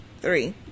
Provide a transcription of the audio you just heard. Three